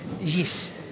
Yes